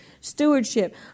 Stewardship